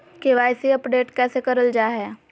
KYC update कैसे करल जाहै?